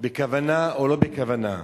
בכוונה או לא בכוונה.